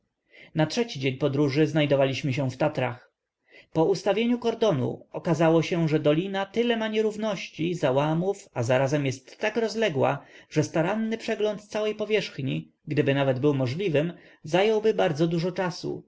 na trzeci dzień podróży znajdowaliśmy się w tatrach po ustawieniu kordonu okazało się że dolina tyle ma nierówności załamów a zarazem tak jest rozległa iż staranny przegląd całej powierzchni gdyby nawet był możliwym zająłby bardzo dużo czasu